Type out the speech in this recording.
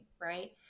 right